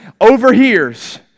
overhears